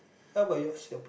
how about yours